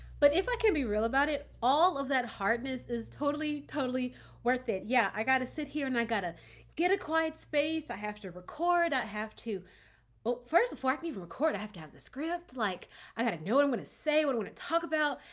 but if i can be real about it, all of that hardness is totally, totally worth it. yeah. i got to sit here and i got to get a quiet space. i have to record. i have to. well first, before i can even record, i have to have the script, like i got to know what i'm going to say, i want to talk about.